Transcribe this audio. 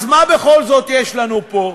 ומה בכל זאת יש לנו פה?